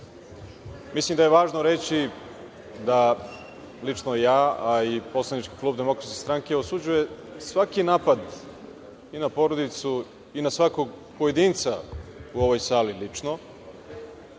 Mislim da je važno reći da i lično ja a i poslanički klub DS osuđuje svaki napad i na porodicu i na svakog pojedinca u ovoj sali lično,